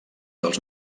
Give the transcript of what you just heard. dels